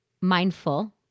mindful